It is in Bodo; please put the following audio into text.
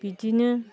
बिदिनो